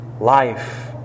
life